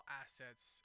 assets